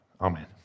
Amen